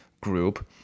group